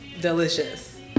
delicious